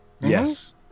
Yes